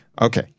okay